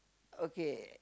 okay